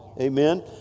Amen